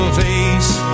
face